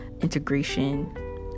integration